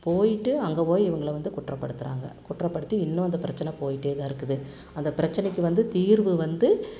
போய்விட்டு அங்கே போய் இவங்களை வந்து குற்றப்படுத்துகிறாங்க குற்றப்படுத்தி இன்னும் அந்தப் பிரச்சனை போய்ட்டே தான் இருக்குது அந்தப் பிரச்சனைக்கு வந்து தீர்வு வந்து